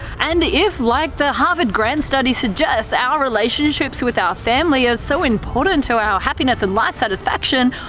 and if, like the harvard grant study suggests, our relationships with our family are so important to our happiness and life satisfaction,